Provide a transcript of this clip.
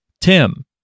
Tim